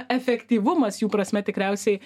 efektyvumas jų prasme tikriausiai